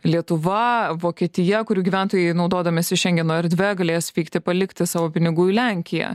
lietuva vokietija kurių gyventojai naudodamiesi šengeno erdve galės vykti palikti savo pinigų į lenkiją